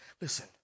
Listen